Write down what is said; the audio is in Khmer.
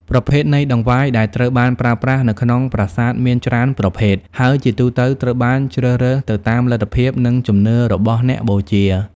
ប្រភេទនៃតង្វាយ ដែលត្រូវបានប្រើប្រាស់នៅក្នុងប្រាសាទមានច្រើនប្រភេទ ហើយជាទូទៅត្រូវបានជ្រើសរើសទៅតាមលទ្ធភាព និងជំនឿរបស់អ្នកបូជា។